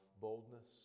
boldness